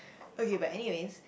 okay but anyways